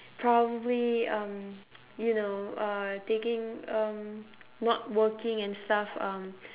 probably um you know uh taking um not working and stuff um